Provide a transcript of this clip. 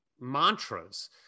mantras